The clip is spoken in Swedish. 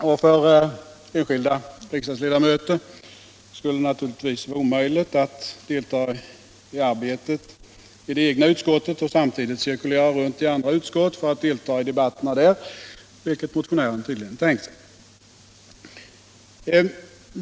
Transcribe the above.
Och för enskilda riksdagsledamöter skulle det naturligtvis vara omöjligt att delta i arbetet i det egna utskottet och samtidigt cirkulera runt i andra utskott för att delta i debatterna där, vilket motionären tydligen tänkt sig.